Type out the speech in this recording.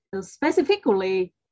Specifically